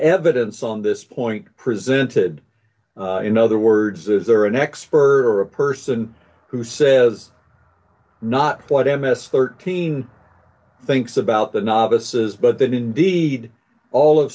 evidence on this point presented in other words is there an expert or a person who says not what m s thirteen thinks about the novices but that indeed all